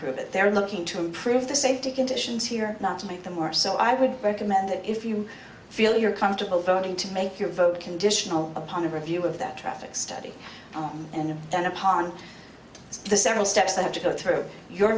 approve it they are looking to improve the safety conditions here not to make them more so i would recommend that if you feel you're comfortable voting to make your vote conditional upon a review of that traffic study and then upon the several steps i have to go through your